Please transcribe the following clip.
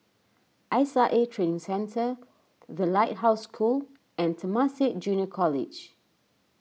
S I A Training Centre the Lighthouse School and Temasek Junior College